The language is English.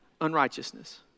unrighteousness